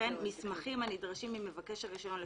וכן מסמכים הנדרשים ממבקש הרישיון,